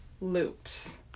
loops